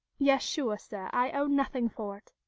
yes sure, sir, i owe nothing fort.